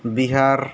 Bihar